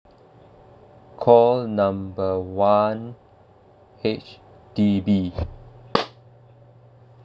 call number one H_D_B